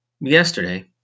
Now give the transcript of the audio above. yesterday